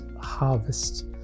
harvest